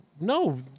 No